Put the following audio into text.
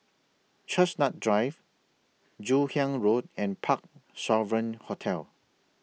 Chestnut Drive Joon Hiang Road and Parc Sovereign Hotel